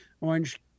Orange